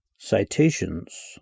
citations